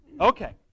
Okay